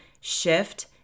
shift